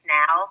now